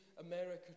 America